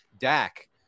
Dak